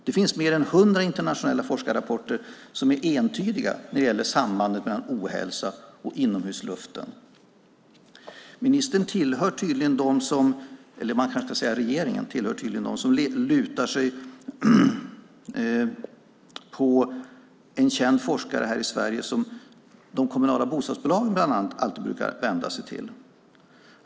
Det finns mer än 100 internationella forskarrapporter som är entydiga när det gäller sambandet mellan ohälsa och inomhusluften. Regeringen tillhör tydligen dem som lutar sig mot en känd forskare här i Sverige som bland annat de kommunala bostadsbolagen alltid brukar vända sig till.